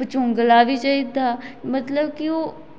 मैदा होंदा एह् साढ़ा ढिड्ड खराब करदा